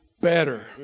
better